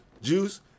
juice